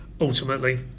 ultimately